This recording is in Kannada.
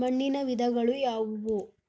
ಮಣ್ಣಿನ ವಿಧಗಳು ಯಾವುವು?